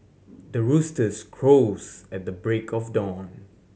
the roosters crows at the break of dawn